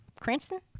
cranston